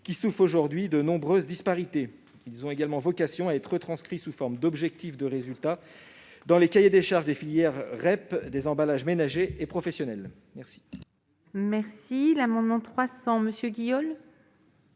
qui souffrent aujourd'hui de nombreuses disparités. Ils ont également vocation à être retranscrits sous forme d'objectifs de résultats dans les cahiers des charges des filières REP des emballages ménagers et professionnels. L'amendement n° 300 rectifié,